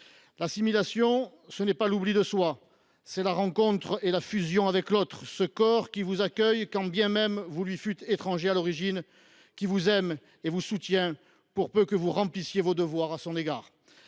L’assimilation n’est pas l’oubli de soi, c’est la rencontre et la fusion avec l’autre, ce corps qui vous accueille quand bien même vous lui fûtes étranger, qui vous aime et qui vous soutient, pour peu que vous remplissiez vos devoirs à son égard.